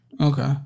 Okay